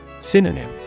Synonym